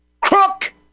Crook